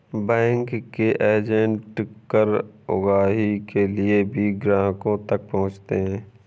bank के agent कर उगाही के लिए भी ग्राहकों तक पहुंचते हैं